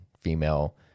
female